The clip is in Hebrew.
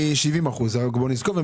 מ-70% נזכור.